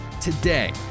Today